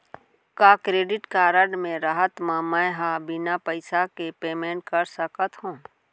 का credit card के रहत म, मैं ह बिना पइसा के पेमेंट कर सकत हो?